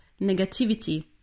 negativity